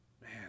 man